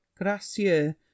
Gracieux